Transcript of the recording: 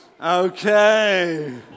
Okay